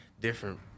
different